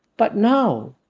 but now,